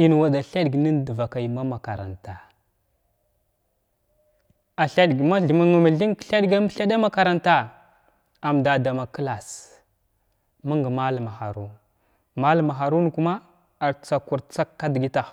inwa da thədga nən dvakaya ma marata’a n thədg ma thnəna thəng nən thədg makaranta amdaama class məng malam maha ruwa malamahruwan kuma ar tsag ku tsag kdəgəta.